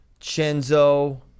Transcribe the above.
chenzo